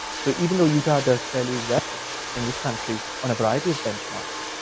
so even though utah does fairly well in this country on a variety of benchmarks,